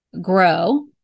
grow